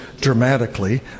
dramatically